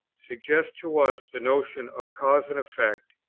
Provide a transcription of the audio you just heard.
suggest to us the notion of cause and effect,